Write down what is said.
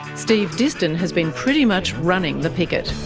steve diston has been pretty much running the picket.